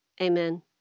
Amen